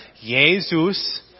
Jesus